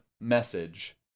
message